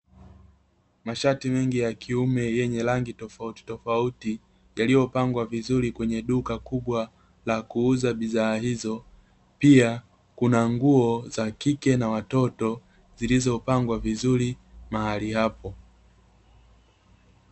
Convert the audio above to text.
Mashati mengi ya kiume yenye rangi tofautitofauti, yaliyopangwa vizuri kwenye duka kubwa la kuuza bidhaa hizo, pia kuna nguo za kike na watoto zilizopangwa vizuri mahali hapo.